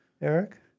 Eric